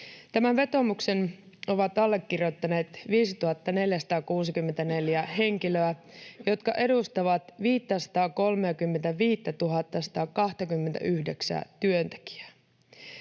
Tämän vetoomuksen ovat allekirjoittaneet 5 464 henkilöä, jotka edustavat 535 129 työntekijää.